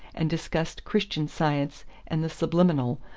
and discussed christian science and the subliminal,